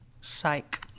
psych